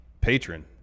patron